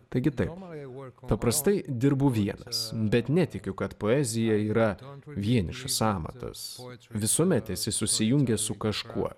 taigi taip paprastai dirbu vienas bet netikiu kad poezija yra vienišas amatas visuomet esi susijungęs su kažkuo